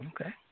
Okay